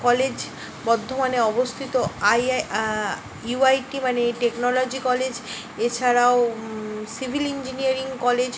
college বর্ধমানে অবস্থিত I I U I T মানে টেকনোলজি কলেজ এছাড়াও সিভিল ইঞ্জিনিয়ারিং কলেজ